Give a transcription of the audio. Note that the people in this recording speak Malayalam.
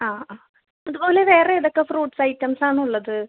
ആ ആ ഇതുപോലെ വേറെ ഏതൊക്കെ ഫ്രൂട്ട്സ് ഐറ്റംസ് ആണുള്ളത്